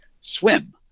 swim